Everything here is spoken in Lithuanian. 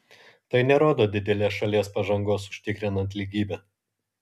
tai nerodo didelės šalies pažangos užtikrinant lygybę